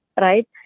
Right